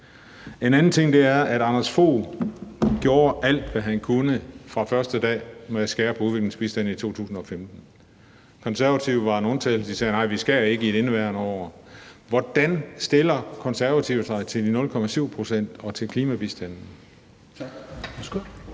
En anden ting er, at Lars Løkke Rasmussen gjorde alt, hvad han kunne, fra første dag for at skære på udviklingsbistanden i 2015. De Konservative var en undtagelse og sagde: Nej, vi skærer ikke i det indeværende år. Hvordan stiller Konservative sig til de 0,7 pct. og til klimabistanden?